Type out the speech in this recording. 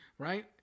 Right